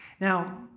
Now